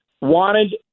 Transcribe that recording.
wanted